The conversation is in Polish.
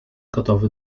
gotowy